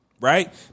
Right